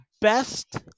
best